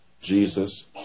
Jesus